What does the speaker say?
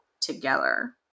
together